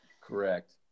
Correct